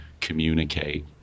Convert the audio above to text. communicate